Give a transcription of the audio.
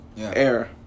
air